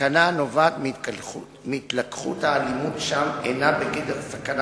הסכנה הנובעת מהתלקחות האלימות שם אינה בגדר סכנה